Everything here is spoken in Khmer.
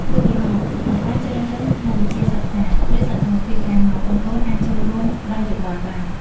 ឧទាហរណ៍ ក្នុងការជ្រើសរើសមុខវិជ្ជាសិក្សា ឬសកម្មភាពក្រៅម៉ោង កូនៗអាចចូលរួមផ្ដល់យោបល់បាន។